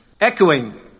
Echoing